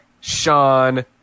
Sean